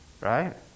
right